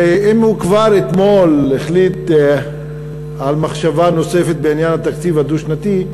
אם הוא כבר אתמול החליט על מחשבה נוספת בעניין התקציב הדו-שנתי,